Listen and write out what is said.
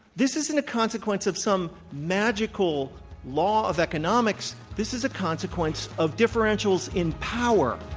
this isn't a consequence of some magical law of economics. this is a consequence of differentials in power.